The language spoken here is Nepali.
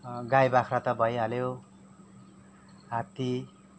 गाई बाख्रा त भइहाल्यो हात्ती